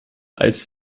als